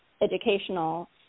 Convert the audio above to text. educational